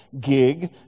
gig